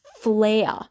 flare